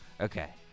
Okay